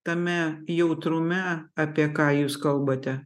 tame jautrume apie ką jūs kalbate